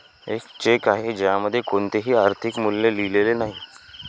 एक चेक आहे ज्यामध्ये कोणतेही आर्थिक मूल्य लिहिलेले नाही